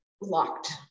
locked